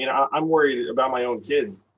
you know i'm worried about my own kids.